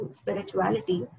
spirituality